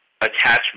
Attachment